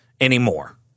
anymore